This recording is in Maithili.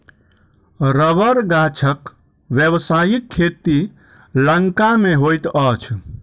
रबड़ गाछक व्यवसायिक खेती लंका मे होइत अछि